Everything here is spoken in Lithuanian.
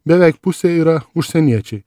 beveik pusė yra užsieniečiai